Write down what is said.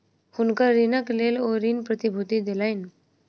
हुनकर ऋणक लेल ओ ऋण प्रतिभूति देलैन